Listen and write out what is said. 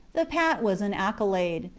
the pat was an accolade.